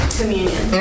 communion